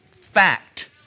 fact